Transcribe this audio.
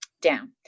down